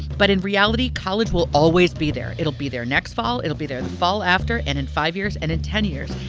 but in reality, college will always be there. it'll be there next fall. it'll be there in the fall after and in five years and in ten years.